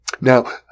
Now